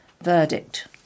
verdict